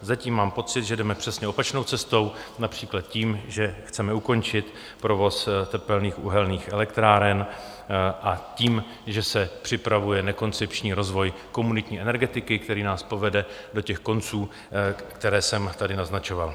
Zatím mám pocit, že jdeme přesně opačnou cestou, například tím, že chceme ukončit provoz tepelných uhelných elektráren, a tím, že se připravuje nekoncepční rozvoj komunitní energetiky, který nás povede do těch konců, které jsem tady naznačoval.